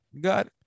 got